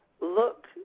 look